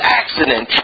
accident